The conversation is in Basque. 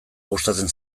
gustatzen